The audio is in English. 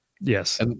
Yes